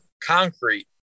concrete